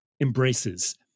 embraces